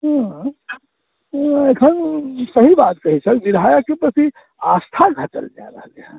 हँ एखन सही बात कहै छहक विधायकके प्रति आस्था घटल जा रहल छै